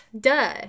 Duh